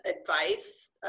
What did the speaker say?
advice